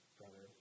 brother